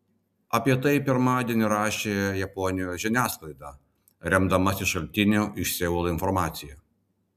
apie tai pirmadienį rašo japonijos žiniasklaida remdamasi šaltinių iš seulo informacija